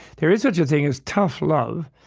there is such a thing as tough love.